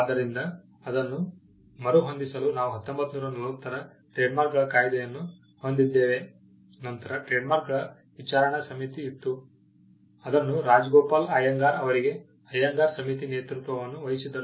ಆದ್ದರಿಂದ ಅದನ್ನು ಮರುಹೊಂದಿಸಲು ನಾವು 1940 ರ ಟ್ರೇಡ್ಮಾರ್ಕ್ಗಳ ಕಾಯ್ದೆಯನ್ನು ಹೊಂದಿದ್ದೇವೆ ನಂತರ ಟ್ರೇಡ್ಮಾರ್ಕ್ಗಳ ವಿಚಾರಣಾ ಸಮಿತಿಯು ಇತ್ತು ಅದನ್ನು ರಾಜಗೋಪಾಲ್ ಅಯ್ಯಂಗಾರ್ ಅವರಿಗೆ ಅಯ್ಯಂಗಾರ್ ಸಮಿತಿಯ ನೇತೃತ್ವವನ್ನು ವಹಿಸಿದ್ದರು